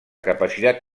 capacitat